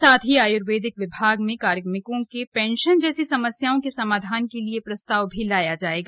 साथ ही आयूर्वेदिक विभाग में कार्मिकों के पेंशन जैसी समस्याओं के समाधान के लिए प्रस्ताव लाया जायेगा